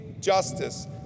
justice